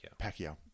Pacquiao